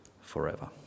forever